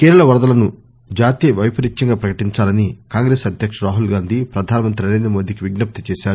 కేరళ వరదలను జాతీయ వైపరీత్యంగా ప్రకటించాలని కాంగ్రెస్ అధ్యకుడు రాహుల్గాంధీ ప్రధానమంత్రి నరేంద్రమోడీకి విజ్ఞప్తి చేశారు